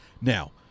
Now